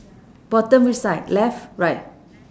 bottom which side left right